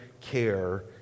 care